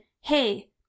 Hey